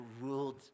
ruled